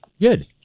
Good